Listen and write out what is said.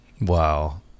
wow